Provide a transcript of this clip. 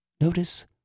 notice